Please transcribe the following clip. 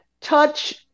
touch